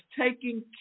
taking